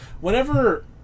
Whenever